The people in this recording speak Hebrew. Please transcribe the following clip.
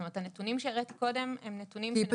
זאת אומרת הנותנים שהראיתי קודם הם נתונים שהם נכונים.